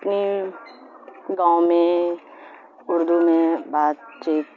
اپنی گاؤں میں اردو میں بات چیت